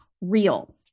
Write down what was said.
real